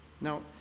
Now